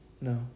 No